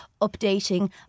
updating